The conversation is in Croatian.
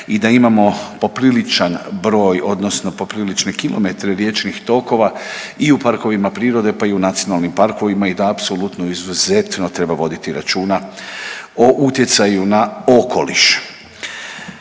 i da imamo popriličan broj, odnosno poprilične kilometre riječnih tokova i u parkovima prirode, pa i u nacionalnim parkovima i da apsolutno izuzetno treba voditi računa o utjecaju na okoliš.